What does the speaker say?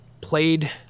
played